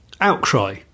outcry